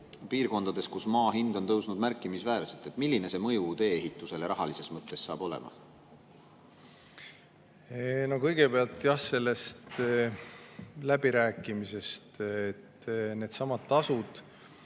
piirkondades, kus maa hind on märkimisväärselt tõusnud. Milline see mõju tee-ehitusele rahalises mõttes saab olema? Kõigepealt jah nendest läbirääkimisest. Needsamad tasud